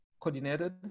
coordinated